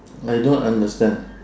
I don't understand